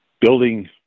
building